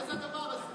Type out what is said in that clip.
מה זה הדבר הזה?